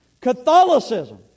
Catholicism